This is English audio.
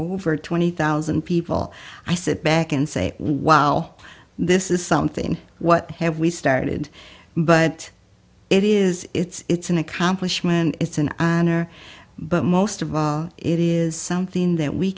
over twenty thousand people i sit back and say wow this is something what have we started but it is it's an accomplishment it's an honor but most of all it is something that we